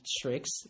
tricks